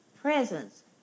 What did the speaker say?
Presence